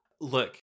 Look